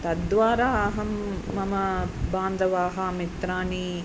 तद्वारा अहं मम बान्धवाः मित्राणि